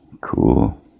Cool